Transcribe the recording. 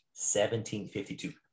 1752